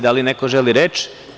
Da li neko želi reč?